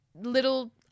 Little